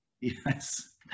yes